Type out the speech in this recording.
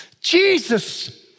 Jesus